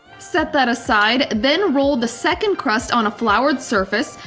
set that aside, then roll the second crust on a floured surface,